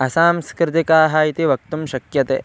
असांस्कृतिकाः इति वक्तुं शक्यते